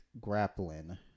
grappling